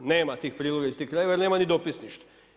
Nema tih priloga iz tih krajeva jer nema ni dopisništva.